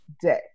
day